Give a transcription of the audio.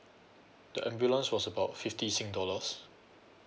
the ambulance was about fifty singapore dollars